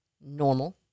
normal